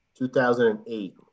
2008